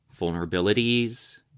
vulnerabilities